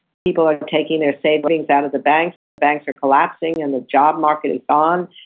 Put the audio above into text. people are taking their savings out of the banks, and the banks are collapsing, and the job market is gone.